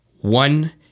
One